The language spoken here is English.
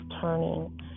turning